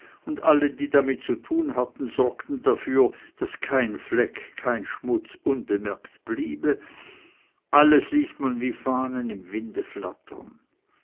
und alle die damit zu tun hatten sorgten dafür daß kein fleck kein schmutz unbemerkt blieb alles ließ man wie fahnen im winde flattern